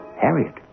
Harriet